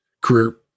career